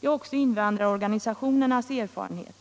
Det är också invandrarorganisationernas erfarenhet.